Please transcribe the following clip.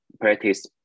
practice